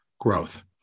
growth